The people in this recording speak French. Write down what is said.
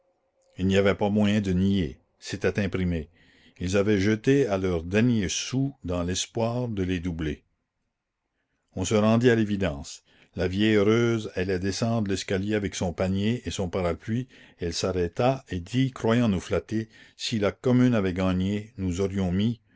il n'y avait pas moyen de nier c'était imprimé ils avaient jeté là leurs derniers sous dans l'espoir de les doubler on se rendit à l'évidence la vieille heureuse allait descendre l'escalier avec son panier et son parapluie elle s'arrêta et dit croyant nous flatter si la commune avait gagné nous aurions mis